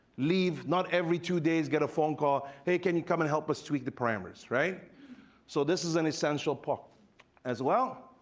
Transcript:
leave. not every two days get a phone call, hey, can you come and help us tweak the parameters. so this is an essential part as well.